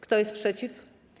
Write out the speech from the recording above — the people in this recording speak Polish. Kto jest przeciw?